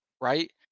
right